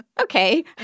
okay